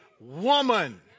woman